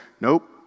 nope